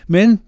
Men